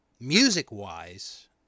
music-wise